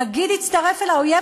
להגיד "הצטרף אל האויב",